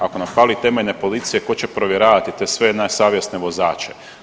Ako nam fali temeljne policije tko će provjeravati te sve nesavjesne vozače.